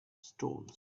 stones